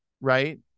right